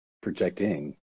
projecting